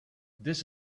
this